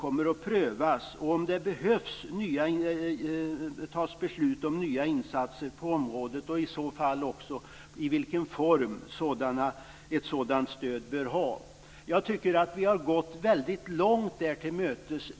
Vi skall pröva om man behöver fatta beslut om nya insatser på området och i så fall vilken form ett stöd bör ha. Jag tycker att vi har gått kraven långt till mötes.